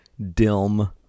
DILM